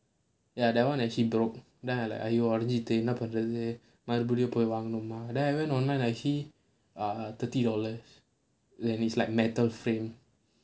ya that [one] actually broke then I like !aiyo! உடைஞ்சிருச்சே என்ன பண்றது மறுபடியும் போய் வாங்கணுமா:udainchiruchae enna pandrathu marupadiyum poyi vaanganumaa then I went online I see ah thirty dollars and it's like metal frame